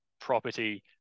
property